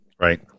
Right